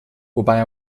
wobei